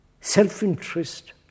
self-interest